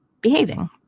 behaving